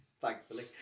thankfully